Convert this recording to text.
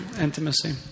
intimacy